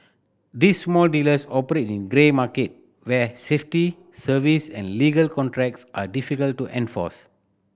these small dealers operate in grey market where safety service and legal contracts are difficult to enforce